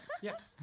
Yes